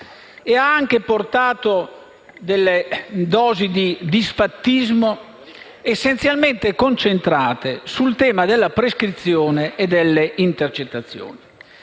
ha anche portato delle dosi di "disfattismo" essenzialmente concentrate sul tema della prescrizione e delle intercettazioni,